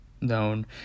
known